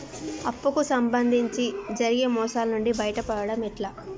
అప్పు కు సంబంధించి జరిగే మోసాలు నుండి బయటపడడం ఎట్లా?